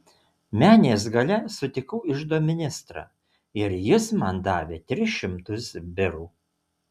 menės gale sutikau iždo ministrą ir jis man davė tris šimtus birų